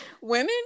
Women